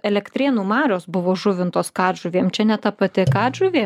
elektrėnų marios buvo žuvintos katžuvėm čia ne ta pati katžuvė